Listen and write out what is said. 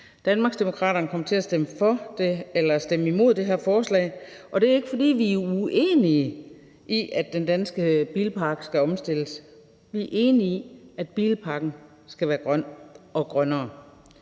Danmarksdemokraterne kommer til at stemme imod det her forslag, og det er ikke, fordi vi er uenige i, at den danske bilpark skal omstilles. Vi er enige i, at bilparken skal være grøn og grønnere,